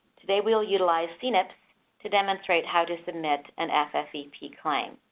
today we will utilize cnips to demonstrate how to submit an ffvp claim.